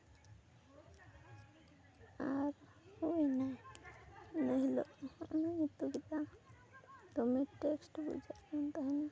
ᱟᱨ ᱦᱩᱭ ᱮᱱᱟ ᱤᱱᱟᱹ ᱦᱤᱞᱳᱜ ᱚᱱᱟᱧ ᱩᱛᱩ ᱠᱮᱫᱟ ᱫᱚᱢᱮ ᱴᱮᱥᱴ ᱵᱩᱡᱷᱟᱹᱜ ᱠᱟᱱ ᱛᱟᱦᱮᱱ